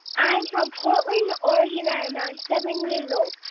i'm from portland, ore, you know and i'm seven years old.